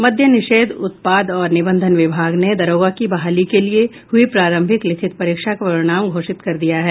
मद्यनिषेध उत्पाद और निबंधन विभाग ने दारोगा की बहाली के लिए हुई प्रारंभिक लिखित परीक्षा का परिणाम घोषित कर दिया है